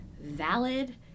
valid